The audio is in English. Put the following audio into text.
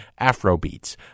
Afrobeats